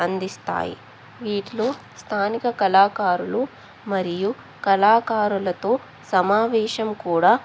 అందిస్తాయి వీటిలో స్థానిక కళాకారులు మరియు కళాకారులతో సమావేశం కూడా